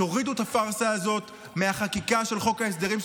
תורידו את הפארסה הזאת מהחקיקה של חוק ההסדרים,